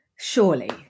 surely